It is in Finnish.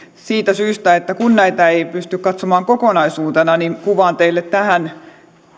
siitä syystä että kun näitä ei pysty katsomaan kokonaisuutena niin kuvaan teille tähän